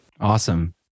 awesome